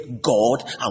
God